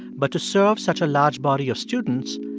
but to serve such a large body of students,